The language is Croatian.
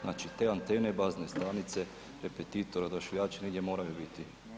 Znači te antene, bazne stanice, repetitori, odašiljači negdje moraju biti.